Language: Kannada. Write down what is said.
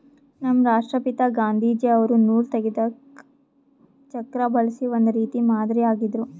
ನಮ್ ರಾಷ್ಟ್ರಪಿತಾ ಗಾಂಧೀಜಿ ಅವ್ರು ನೂಲ್ ತೆಗೆದಕ್ ಚಕ್ರಾ ಬಳಸಿ ಒಂದ್ ರೀತಿ ಮಾದರಿ ಆಗಿದ್ರು